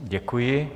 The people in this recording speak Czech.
Děkuji.